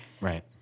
Right